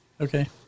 Okay